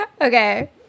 Okay